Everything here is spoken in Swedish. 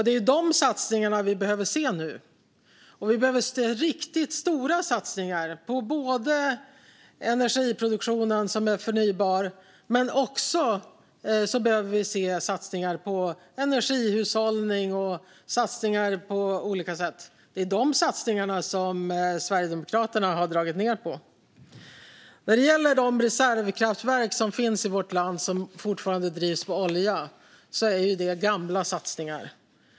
Det är de satsningarna vi nu behöver se. Vi behöver se riktigt stora satsningar på energiproduktionen som är förnybar. Men vi behöver också se satsningar på energihushållning och satsningar på olika sätt. Det är de satsningarna som Sverigedemokraterna har dragit ned på. När det gäller de reservkraftverk som finns i vårt land som fortfarande drivs med olja är det gamla satsningar.